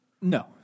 No